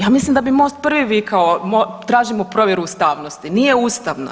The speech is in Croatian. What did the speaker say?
Ja mislim da bi Most prvi vikao tražimo provjeru ustavnosti, nije ustavno.